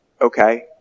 Okay